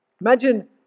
Imagine